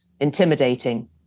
intimidating